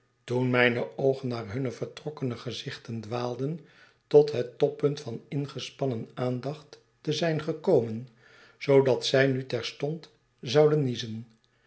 toen mijne oogen naar hunne vertrokkene gezichten dwaalden tot het toppunt van ingespannen aandacht te zijn gekomen zoodat zij nu terstond zouden niezen